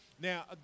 Now